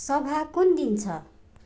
सभा कुन दिन छ